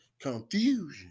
confusion